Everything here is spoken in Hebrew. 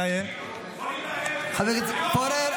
בגלל --- בוא נתערב --- חבר הכנסת פורר,